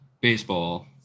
baseball